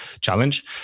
challenge